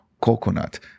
coconut